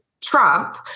Trump